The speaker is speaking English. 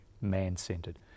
man-centered